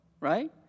right